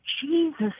Jesus